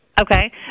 Okay